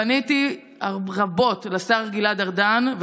פניתי רבות לשר גלעד ארדן,